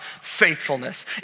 faithfulness